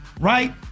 right